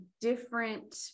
different